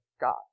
God